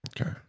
Okay